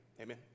Amen